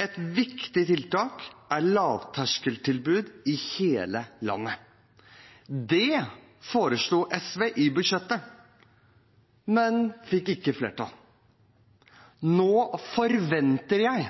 Et viktig tiltak er lavterskeltilbud i hele landet. Det foreslo SV i budsjettet, men fikk ikke flertall. Nå forventer jeg